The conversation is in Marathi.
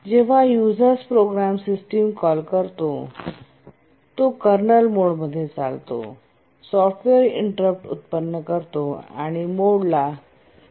जेव्हायुजर्स प्रोग्राम सिस्टम कॉल करतो तो कर्नल मोडमध्ये चालतो सॉफ्टवेअर इंटरप्ट उत्पन्न करतो आणि मोडला कर्नल मोडमध्ये बदलतो